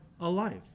alive